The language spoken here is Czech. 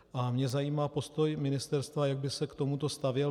A mě zajímá postoj ministerstva, jak by se k tomuto stavělo.